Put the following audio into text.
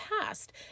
past